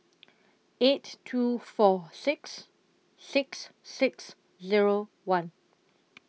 eight two four six six six Zero one